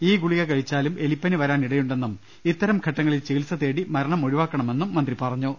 ഈ ഗുളിക കഴിച്ചാലും എലിപ്പനി വരാൻ ഇടയുണ്ടെന്നും ഇത്തരം ഘട്ടങ്ങളിൽ ചികിത്സ തേടി മര ണമൊഴിവാക്കണമെന്നും മന്ത്രി പറഞ്ഞു